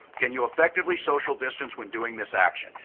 can you effectively social distance when doing this action.